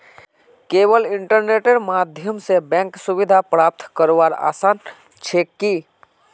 केवल इन्टरनेटेर माध्यम स बैंक सुविधा प्राप्त करवार आसान छेक की